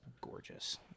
gorgeous